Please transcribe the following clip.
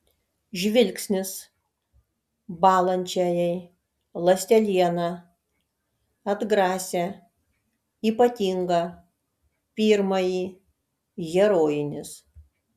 žvilgsnis bąlančiajai ląsteliena atgrasė ypatingą pirmąjį herojinis